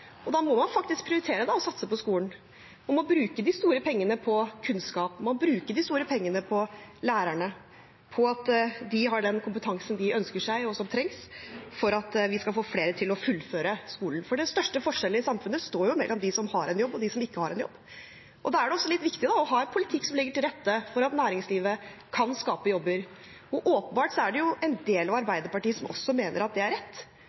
og da må man faktisk prioritere og satse på skolen. Man må bruke de store pengene på kunnskap, og man må bruke de store pengene på lærerne – på at de har den kompetansen de ønsker seg, og som trengs for at vi skal få flere til å fullføre skolen. Den største forskjellen i samfunnet står mellom dem som har en jobb, og dem som ikke har en jobb, og da er det også litt viktig å ha en politikk som legger til rette for at næringslivet kan skape jobber. Åpenbart er det en del av Arbeiderpartiet som også mener at det er rett,